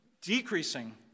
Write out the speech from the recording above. decreasing